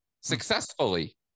successfully